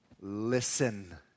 listen